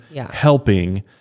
helping